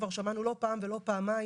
כבר שמענו לא פעם לא פעמיים,